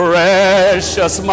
Precious